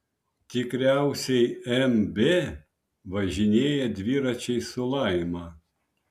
tikriausiai mb važinėjo dviračiais su laima